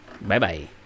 Bye-bye